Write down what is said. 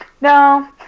No